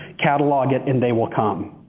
catalog it and they will come.